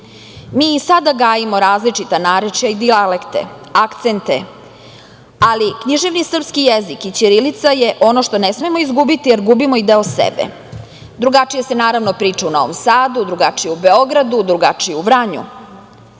i sada gajimo različita narečja i dijalekte, akcente, ali književni srpski jezik i ćirilica je ono što ne smemo izgubiti, jer gubimo i deo sebe. Drugačije se, naravno, priča u Novom Sadu, drugačije u Beogradu, drugačije u Vranju.